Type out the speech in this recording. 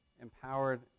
empowered